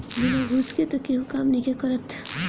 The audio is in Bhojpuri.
बिना घूस के तअ केहू काम नइखे करत